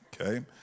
okay